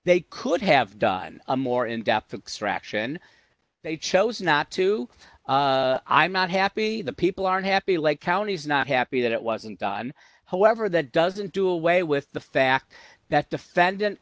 they could have done a more in depth fraction they chose not to i'm not happy the people aren't happy like counties not happy that it wasn't done however that doesn't do away with the fact that